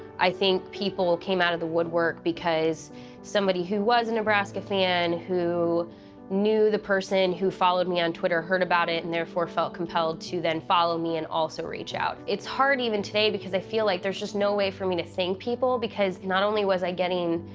i think people came out of the woodwork because somebody who was a nebraska fan, who knew the person who followed me on twitter heard about it and therefore felt compelled to then follow me and also reach out. it's hard even today because i feel like there's just no way for me to thank people because not only was i getting